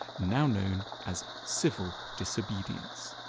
now known as civil disobedience.